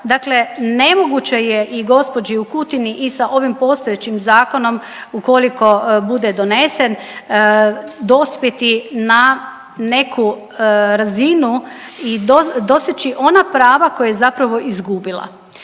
Dakle, nemoguće je i gospođi u Kutini i sa ovim postojećim zakonom ukoliko bude donesen dospjeti na neku razinu i doseći ona prava koje je zapravo izgubila.